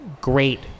great